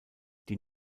die